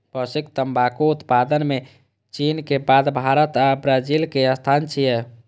वैश्विक तंबाकू उत्पादन मे चीनक बाद भारत आ ब्राजीलक स्थान छै